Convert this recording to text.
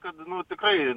kad nu tikrai